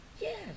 Yes